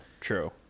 true